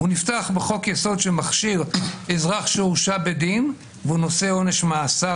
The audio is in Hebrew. הוא נפתח בחוק-יסוד שמכשיר אזרח שהורשע בדין והוא נושא עונש מאסר